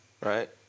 Right